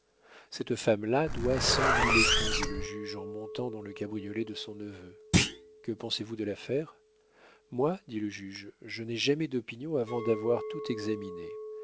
cette femme-là doit cent mille écus dit le juge en montant dans le cabriolet de son neveu que pensez-vous de l'affaire moi dit le juge je n'ai jamais d'opinion avant d'avoir tout examiné